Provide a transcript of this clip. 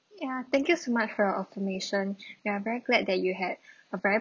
ya thank you so much for affirmation ya very glad that you had a very